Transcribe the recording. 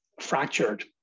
fractured